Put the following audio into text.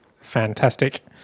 fantastic